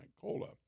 COLA